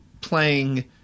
playing